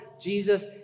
Jesus